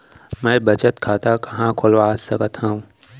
मै बचत खाता कहाँ खोलवा सकत हव?